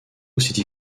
city